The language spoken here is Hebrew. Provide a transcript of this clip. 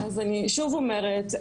אז אני שוב אומרת,